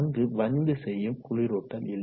அங்கு வலிந்து செய்யும் குளிரூட்டல் இல்லை